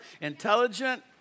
intelligent